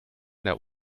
der